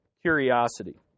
curiosity